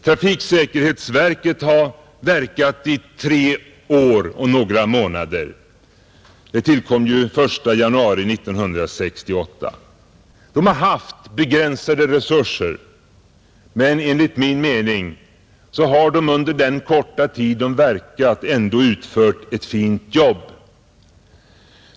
Trafiksäkerhetsverket har verkat i tre år och några månader; det tillkom ju den 1 januari 1968. Det har haft begränsade resurser, men enligt min mening har det under den korta tid det verkat ändå utfört ett fint jobb.